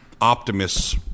optimists